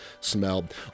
smelled